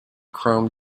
chrome